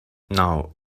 now